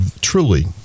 truly